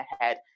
ahead